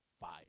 Fire